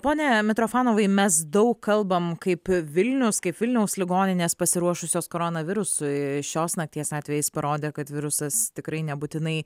pone mitrofanovai mes daug kalbam kaip vilniaus kaip vilniaus ligoninės pasiruošusios koronavirusui šios nakties atvejis parodė kad virusas tikrai nebūtinai